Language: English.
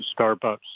Starbucks